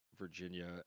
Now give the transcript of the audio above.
Virginia